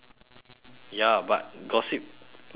ya but gossip doesn't mean